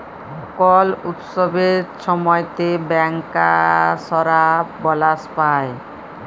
call উৎসবের ছময়তে ব্যাংকার্সরা বলাস পায়